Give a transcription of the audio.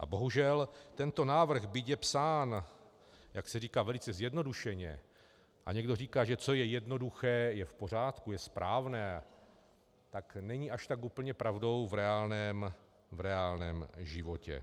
Bohužel tento návrh, byť je psán, jak se říká, velice zjednodušeně, a někdo říká, že co je jednoduché, je v pořádku, je správné, tak není až tak úplně pravdou v reálném životě.